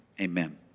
Amen